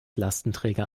lastenträger